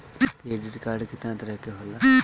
Credit card कितना तरह के होला?